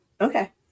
Okay